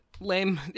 Lame